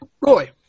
Roy